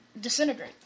disintegrate